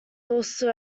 also